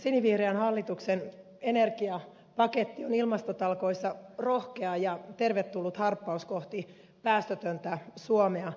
sinivihreän hallituksen energiapaketti on ilmastotalkoissa rohkea ja tervetullut harppaus kohti päästötöntä suomea